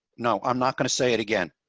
no, i'm not gonna say it again,